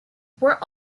were